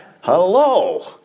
Hello